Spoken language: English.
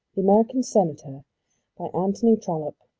the american senator by anthony trollope